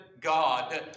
God